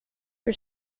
for